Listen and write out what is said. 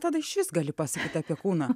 tada išvis gali pasakyt apie kūną